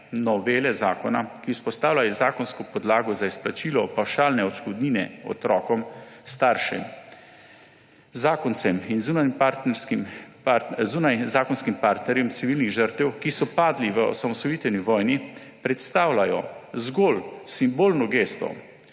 novele zakona, ki vzpostavljajo zakonsko podlago za izplačilo pavšalne odškodnine otrokom, staršem, zakoncem in zunajzakonskim partnerjem civilnih žrtev, ki so padle v osamosvojitveni vojni, predstavljajo zgolj simbolno gesto,